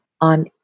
on